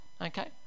okay